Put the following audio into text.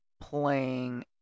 playing